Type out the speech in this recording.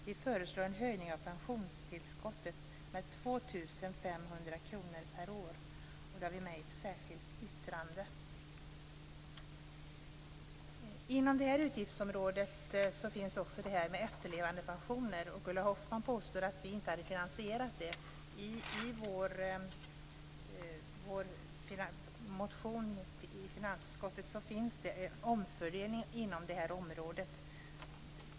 Vi föreslår en höjning av pensionstillskottet med 2 500 kr per år. Det har vi med i ett särskilt yttrande. Inom det här utgiftsområdet finns också det här med efterlevandepensioner. Ulla Hoffmann påstår att vi inte har finansierat det. I vår motion i finansutskottet finns det en omfördelning inom detta utgiftsområde.